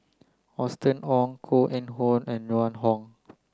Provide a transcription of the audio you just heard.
Austen Ong Koh Eng Hoon and Joan Hon